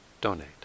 donate